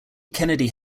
kennedy